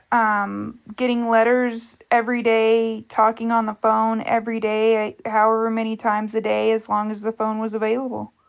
um getting letters every day, talking on the phone every day, however many times a day as long as the phone was available.